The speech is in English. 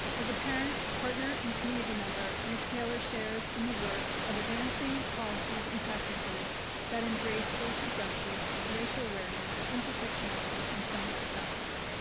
as a partner and community member, mix taylor shares in the work of advancing policies and practices that embrace social justice, racial awareness, intersectionality and feminist values.